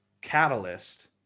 catalyst